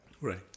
right